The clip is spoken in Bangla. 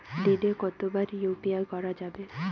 দিনে কতবার ইউ.পি.আই করা যাবে?